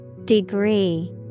Degree